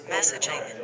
Messaging